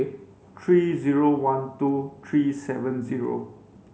three zero one two three seven zero